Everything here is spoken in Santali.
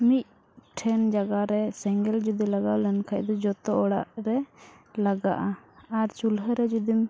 ᱢᱤᱫ ᱴᱷᱮᱱ ᱡᱟᱭᱜᱟᱨᱮ ᱥᱮᱸᱜᱮᱞ ᱡᱩᱫᱤ ᱞᱟᱜᱟᱣ ᱞᱮᱱᱠᱷᱟᱡ ᱫᱚ ᱡᱚᱛᱚ ᱚᱲᱟᱜᱨᱮ ᱞᱟᱜᱟᱜᱼᱟ ᱟᱨ ᱪᱩᱞᱦᱟᱹᱨᱮ ᱡᱩᱫᱤᱢ